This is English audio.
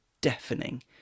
deafening